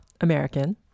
American